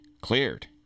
cleared